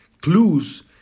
clues